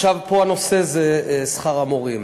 עכשיו, פה הנושא הוא שכר המורים.